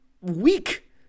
weak